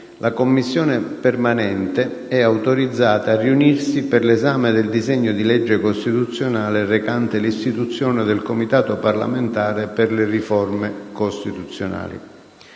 1a Commissione permanente è autorizzata a riunirsi per l'esame del disegno di legge costituzionale recante l'istituzione del Comitato parlamentare per le riforme costituzionali.